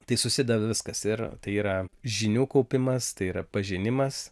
tai susideda viskas ir tai yra žinių kaupimas tai yra pažinimas